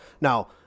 Now